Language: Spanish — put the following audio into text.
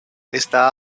esta